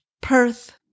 Perth